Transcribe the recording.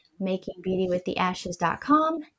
makingbeautywiththeashes.com